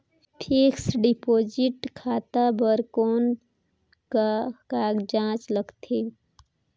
Fixed deposit खाता बर कौन का कागजात लगथे?